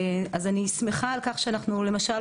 למשל,